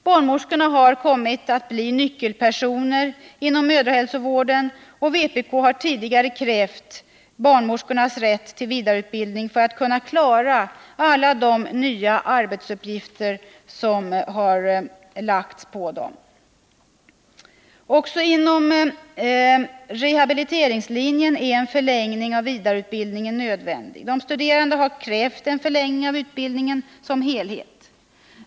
Barnmorskorna har kommit att bli nyckelpersoner inom mödrahälsovården, och vpk har tidigare krävt barnmorskornas rätt till vidareutbildning för att kunna klara alla de nya arbetsuppgifter som har lagts på dem. Också inom rehabiliteringslinjen är en förlängning av vidareutbildningen nödvändig. De studerande har krävt en förlängning av utbildningen som helhet.